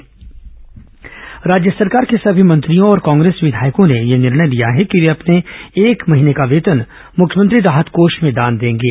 Covid मुख्यमंत्री राहत कोष राज्य सरकार के सभी मंत्रियों और कांग्रेस विधायकों ने यह निर्णय लिया है कि वे अपने एक माह का वेतन मुख्यमंत्री राहत कोष में दान देंगे